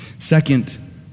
Second